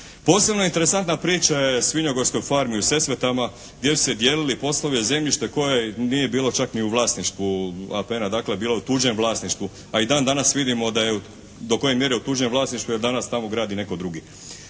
Posebno interesantna priča je o svinjogojskoj farmi u Sesvetama gdje su se dijelili poslove … /Govornik se ne razumije./ … zemljišta koje nije bilo čak ni u vlasništvu APN-a, dakle bilo je u tuđem vlasništvu. A i dan danas vidimo da je, do koje mjere je u tuđem vlasništvu jer danas tamo gradi netko drugi.